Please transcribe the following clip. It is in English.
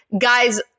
guys